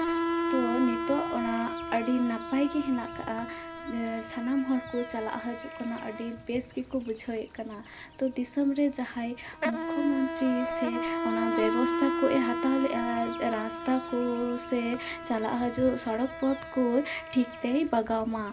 ᱛᱚ ᱱᱤᱛᱚᱜ ᱚᱱᱟ ᱟᱹᱰᱤ ᱱᱟᱯᱟᱭ ᱜᱮ ᱦᱮᱱᱟᱜ ᱠᱟᱜᱼᱟ ᱥᱟᱱᱟᱢ ᱦᱚᱲ ᱠᱚ ᱪᱟᱞᱟᱜ ᱦᱟᱹᱡᱩᱜ ᱠᱟᱱᱟ ᱟᱹᱰᱤ ᱵᱮᱥ ᱜᱮᱠᱚ ᱵᱩᱡᱷᱟᱹᱣᱮᱫ ᱠᱟᱱᱟ ᱛᱚ ᱫᱤᱥᱚᱢ ᱨᱮ ᱡᱟᱦᱟᱸᱭ ᱢᱩᱠᱠᱷᱚ ᱢᱚᱱᱛᱨᱚᱤ ᱥᱮ ᱚᱱᱟ ᱵᱮᱵᱚᱥᱛᱷᱟ ᱠᱩᱡ ᱦᱟᱛᱟᱣ ᱞᱮᱜᱼᱟ ᱨᱟᱥᱛᱟ ᱠᱚ ᱥᱮ ᱪᱟᱞᱟᱜ ᱦᱟᱹᱡᱩᱜ ᱥᱚᱲᱚᱠ ᱯᱚᱛᱷ ᱠᱚ ᱴᱷᱤᱠᱛᱮᱭ ᱵᱟᱜᱟᱣ ᱢᱟ